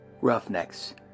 Roughnecks